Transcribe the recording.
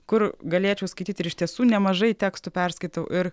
kur galėčiau skaityti ir iš tiesų nemažai tekstų perskaitau ir